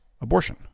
abortion